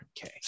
Okay